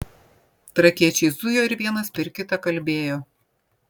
trakiečiai zujo ir vienas per kitą kalbėjo